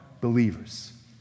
believers